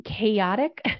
chaotic